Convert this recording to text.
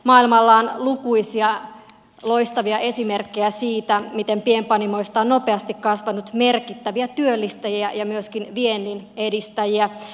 maailmalla on lukuisia loistavia esimerkkejä siitä miten pienpanimoista on nopeasti kasvanut merkittäviä työllistäjiä ja myöskin vienninedistäjiä